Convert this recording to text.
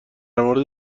مورد